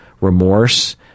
remorse